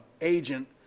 Agent